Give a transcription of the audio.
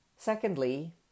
Secondly